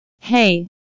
Hey